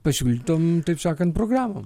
pasiūlytom taip sakant programom